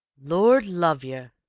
lord love yer,